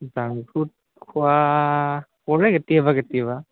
জাং ফুড খোৱা পৰে কেতিয়াবা কেতিয়াবা